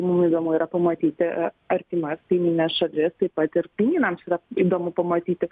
mum įdomu yra pamatyti artimas kaimynes šalis taip pat ir kaimynams yra įdomu pamatyti